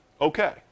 okay